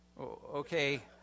Okay